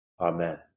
Amen